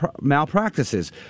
malpractices